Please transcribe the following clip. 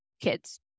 kids